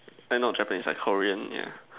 like not Japanese like Korean yeah